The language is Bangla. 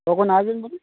কখন আসবেন বলুন